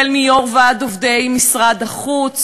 מיושב-ראש ועד עובדי משרד החוץ,